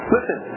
Listen